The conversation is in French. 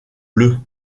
bleus